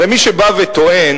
הרי מי שבא וטוען,